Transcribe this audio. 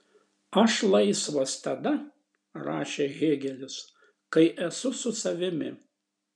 aš laisvas tada rašė hėgelis kai esu su savimi